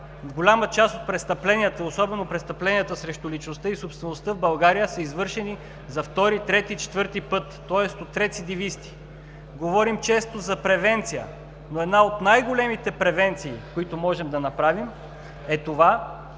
голяма част от престъпленията, особено престъпленията срещу личността и собствеността в България, са извършени за втори, трети, четвърти път, тоест от рецидивисти. Говорим често за превенция. Но една от най-големите превенции, които можем да направим, е това